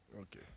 Okay